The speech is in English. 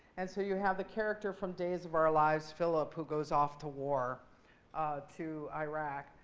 and so you have the character from days of our lives, philip, who goes off to war to iraq.